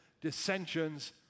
dissensions